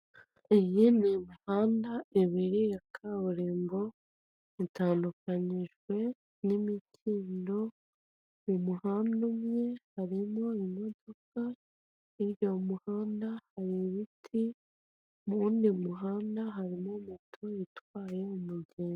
Iyi ni imihanda ibiri ya kaburimbo, itandukanyijwe n'imikindo, mu muhanda umwe harimo imodoka, hirya y'umuhanda hari ibiti, mu wundi muhanda harimo moto itwaye umugenzi.